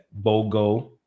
Bogo